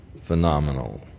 phenomenal